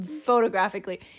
photographically